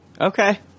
Okay